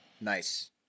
nice